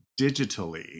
digitally